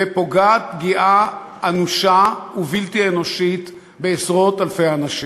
ופוגע פגיעה אנושה ובלתי אנושית בעשרות-אלפי אנשים.